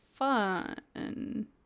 Fun